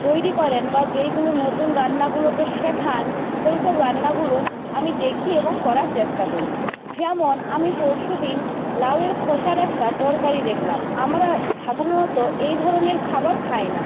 তৈরি করেন বা যেইগুলো নতুন রান্নাগুলোকে শেখান সেই সব রান্নাগুলো আমি দেখি এবং করার চেষ্টা করি যেমন আমি পরশুদিন লাউয়ের খোসার একটা তরকারি দেখলাম আমরা এ সাধারণত এই ধরনের খাবার খাই না